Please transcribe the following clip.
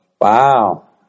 Wow